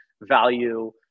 value